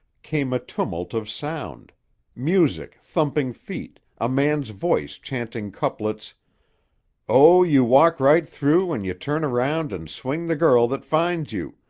came a tumult of sound music, thumping feet, a man's voice chanting couplets oh, you walk right through and you turn around and swing the girl that finds you,